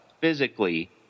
physically